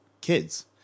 kids